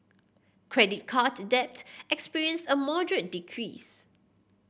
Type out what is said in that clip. credit card debt experienced a moderate decrease